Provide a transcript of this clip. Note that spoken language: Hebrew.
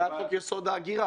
אני בעד חוק יסוד: ההגירה.